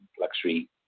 luxury